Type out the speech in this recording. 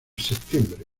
septiembre